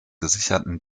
gesicherten